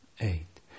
eight